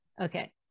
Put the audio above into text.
Okay